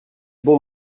bon